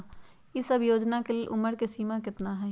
ई सब योजना के लेल उमर के सीमा केतना हई?